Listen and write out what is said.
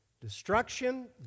Destruction